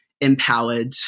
empowered